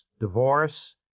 divorce